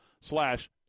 slash